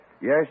Yes